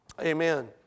Amen